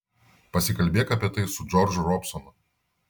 pasikalbėk apie tai su džordžu robsonu